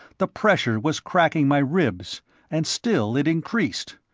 the pressure was cracking my ribs and still it increased.